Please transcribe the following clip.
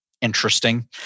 interesting